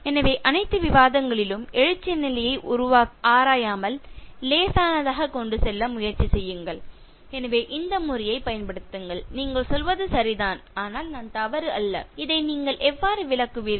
எனவே அனைத்து விவாதங்களிலும் எழுச்சி நிலையை உருவாக்க ஆராயாமல் லேசானதாக கொண்டு செல்ல முயற்சி செய்யுங்கள் எனவே இந்த முறையைப் பயன்படுத்துங்கள் நீங்கள் சொல்வது சரிதான் ஆனால் நான் தவறு அல்ல இதை நீங்கள் எவ்வாறு விளக்குவீர்கள்